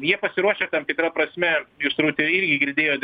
jie pasiruošę tam tikra prasme jūs turbūt ir irgi girdėjot